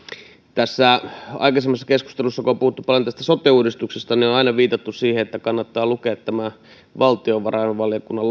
tässä aikaisemmassa keskustelussa kun on puhuttu paljon tästä sote uudistuksesta on aina viitattu siihen että kannattaa lukea tämä valtiovarainvaliokunnan